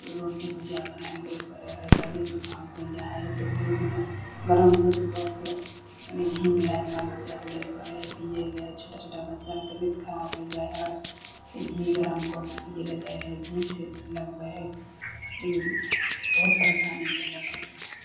रोटी भुजिआ बनाकऽ दै पड़ै हइ सरदी जुकाम होइ जाइ हइ तऽ दूधमे गरम दूध कऽ के कनि घी मिलाकऽ बाल बच्चाके दै पड़ै हइ पिएलए छोटा छोटा बच्चाके तबियत खराब होइ जाइ हइ तऽ घी गरम कऽ कऽ पिएलए दै हइ भिक्स लगबै हइ ओहिमे बहुत परेशानी झेलै पड़ै हइ